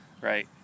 Right